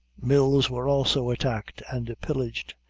mills were also attacked and pillaged,